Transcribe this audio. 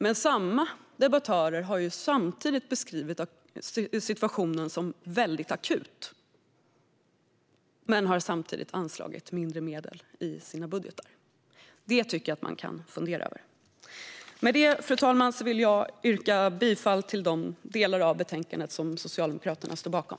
Men samma debattörer har beskrivit situationen som väldigt akut och har samtidigt anslagit mindre medel i sina budgetar. Det kan man fundera över. Fru talman! Med det vill jag yrka bifall till de delar av betänkandet som Socialdemokraterna står bakom.